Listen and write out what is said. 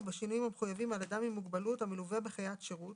בשינויים המחויבים על אדם עם מוגבלות המלווה בחיית שירות